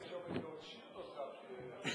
הגבלות בעניין תוכנית ההטבות לצרכן (תיקוני חקיקה).